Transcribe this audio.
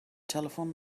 telephone